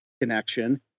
connection